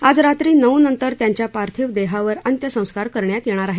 आज रात्री नऊ नंतर त्यांच्या पार्थिव देहावर अंत्यसंस्कार करण्यात येणार आहेत